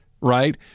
right